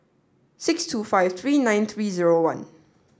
six two five three nine three zero one